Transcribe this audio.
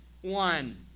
one